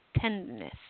tenderness